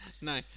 No